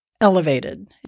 elevated